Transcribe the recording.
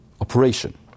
operation